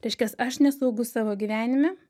reiškias aš nesaugus savo gyvenime